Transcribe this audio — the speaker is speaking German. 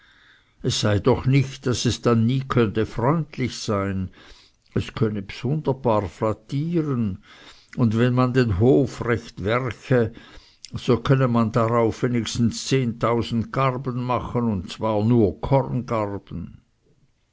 es sei doch nicht daß es dann nie könne freundlich sein es könne bsunderbar flattieren und wenn man den hof recht werche so könne man darauf wenigstens zehntausend garben machen und zwar nur